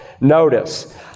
Notice